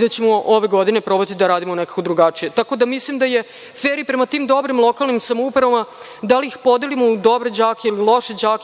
da ćemo ove godine probati da radimo nekako drugačije. Mislim da je fer i prema tim dobrim lokalnim samoupravama. Da li da ih podelimo u dobre đake,